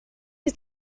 est